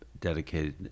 dedicated